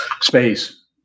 Space